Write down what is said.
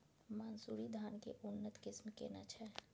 मानसुरी धान के उन्नत किस्म केना छै?